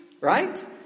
right